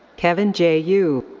kevin j. yu.